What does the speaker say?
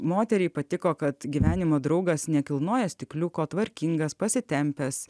moteriai patiko kad gyvenimo draugas nekilnoja stikliuko tvarkingas pasitempęs